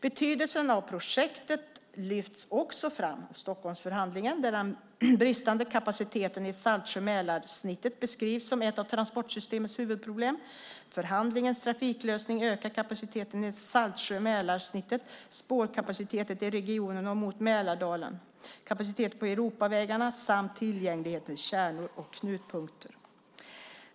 Betydelsen av projektet lyfts också fram av Stockholmsförhandlingen där den bristande kapaciteten i Saltsjö-Mälarsnittet beskrivs som ett av transportsystemets huvudproblem. Förhandlingens trafiklösning ökar kapaciteten i Saltsjö-Mälarsnittet, spårkapaciteten i regionen och mot Mälardalen, kapaciteten på europavägarna samt tillgängligheten till kärnor och knutpunkter.